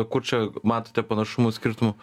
kur čia matote panašumų skirtumų